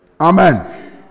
Amen